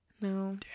No